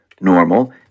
normal